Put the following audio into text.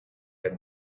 had